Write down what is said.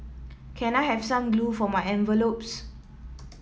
can I have some glue for my envelopes